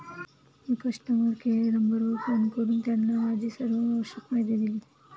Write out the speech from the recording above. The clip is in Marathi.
मी कस्टमर केअर नंबरवर फोन करून त्यांना माझी सर्व आवश्यक माहिती दिली